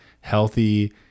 healthy